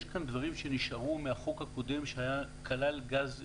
יש כאן דברים שנשארו מהחוק הקודם שכלל גז טבעי,